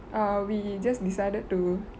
err we just decided to